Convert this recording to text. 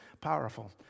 powerful